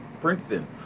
Princeton